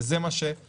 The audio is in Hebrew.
שזה מה שלהערכתנו